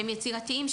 שהם יצירתיים,